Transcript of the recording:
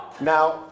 Now